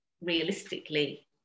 realistically